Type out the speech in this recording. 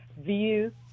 view